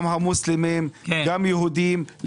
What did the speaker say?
גם המוסלמים, גם יהודים.